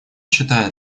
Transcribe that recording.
считает